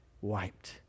wiped